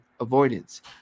avoidance